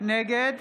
נגד